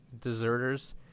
deserters